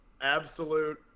absolute